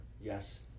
yes